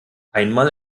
einmal